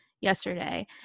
yesterday